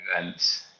events